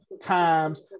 times